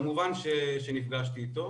כמובן שנפגשתי איתו.